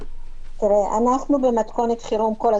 אנחנו במתכונת חירום כל הזמן.